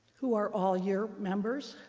who are all your members?